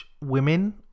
women